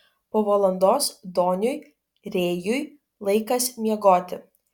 po valandos doniui rėjui laikas miegoti